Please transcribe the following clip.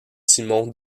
simon